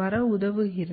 வர உதவுகிறது